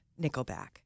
Nickelback